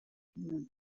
ihnen